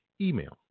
Email